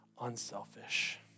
unselfish